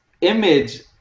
image